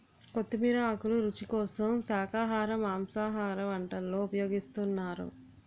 కొత్తిమీర ఆకులు రుచి కోసం శాఖాహార మాంసాహార వంటల్లో ఉపయోగిస్తున్నారు